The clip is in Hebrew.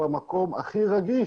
במקום הכי רגיש